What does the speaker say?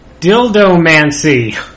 Dildomancy